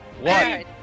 One